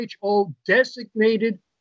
WHO-designated